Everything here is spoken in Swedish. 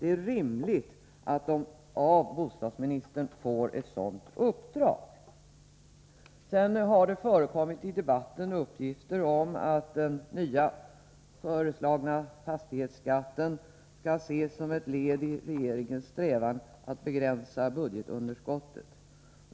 Det är rimligt att kommittén får ett sådant uppdrag av bostadsministern. Sedan har det i debatten förekommit uppgifter om att den föreslagna fastighetsskatten skall ses som ett led i regeringens strävan att begränsa budgetunderskottet.